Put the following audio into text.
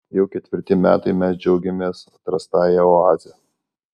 jau ketvirti metai mes džiaugiamės atrastąja oaze